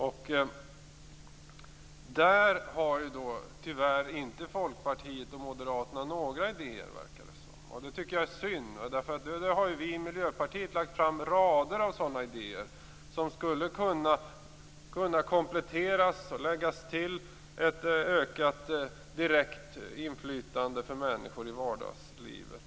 På den punkten verkar det tyvärr inte som om Folkpartiet och Moderaten har några idéer. Det tycker jag är synd. Vi i Miljöpartiet har lagt fram rader av sådana idéer som skulle kunna komplettera och läggas till ett ökat direkt inflytande för människor i vardagslivet.